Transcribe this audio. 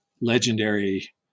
legendary